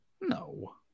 No